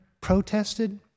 protested